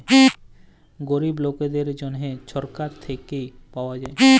গরিব লকদের জ্যনহে ছরকার থ্যাইকে পাউয়া যায়